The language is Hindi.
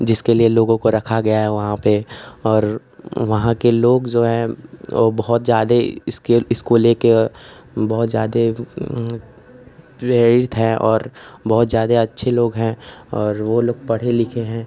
जिसके लिए लोगों को रखा गया है वहाँ पर और वहाँ के लोग जो हैं वह बहुत ज़्यादा इसके इसको लेकर बहुत ज़्यादा प्रेरित हैं और बहुत ज़्यादा अच्छे लोग हैं और वह लोग पढ़े लिखे हैं